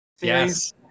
Yes